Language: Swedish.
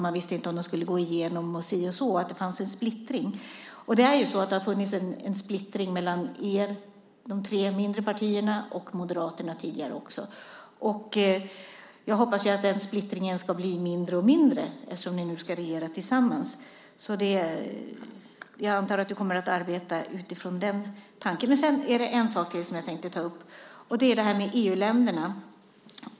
Man visste inte om de skulle gå igenom, och så vidare. Det fanns en splittring. Det har funnits en splittring mellan de tre mindre partierna och Moderaterna tidigare också. Jag hoppas att den splittringen ska bli allt mindre, eftersom ni nu ska regera tillsammans. Jag antar att du kommer att arbeta utifrån den tanken. Det är en sak till som jag tänkte ta upp. Det gäller EU-länderna.